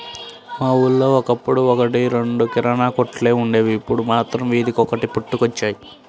మా ఊళ్ళో ఒకప్పుడు ఒక్కటి రెండు కిరాణా కొట్లే వుండేవి, ఇప్పుడు మాత్రం వీధికొకటి పుట్టుకొచ్చాయి